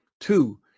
two